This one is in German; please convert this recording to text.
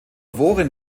worin